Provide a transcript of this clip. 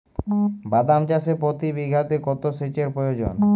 বাদাম চাষে প্রতি বিঘাতে কত সেচের প্রয়োজন?